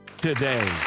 today